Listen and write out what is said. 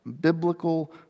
biblical